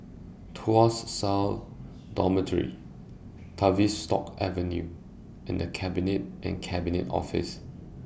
Tuas South Dormitory Tavistock Avenue and The Cabinet and Cabinet Office